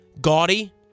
gaudy